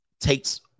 takes